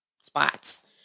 spots